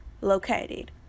located